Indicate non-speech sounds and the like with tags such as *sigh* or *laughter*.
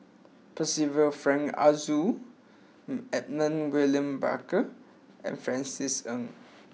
Percival Frank Aroozoo *hesitation* Edmund William Barker and Francis Ng